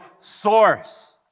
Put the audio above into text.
source